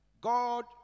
God